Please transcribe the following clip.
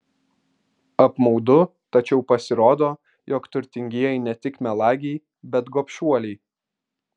apmaudu tačiau pasirodo jog turtingieji ne tik melagiai bet gobšuoliai